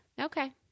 Okay